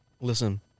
Listen